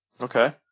Okay